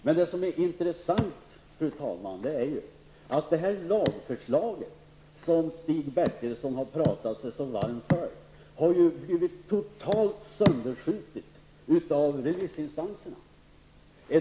Men det som är intressant, fru talman, är att det lagförslag som Stig Bertilsson har pratat sig varm för har blivit totalt sönderskjutet av remissinstanserna.